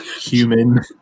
human